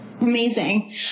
Amazing